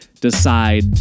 decide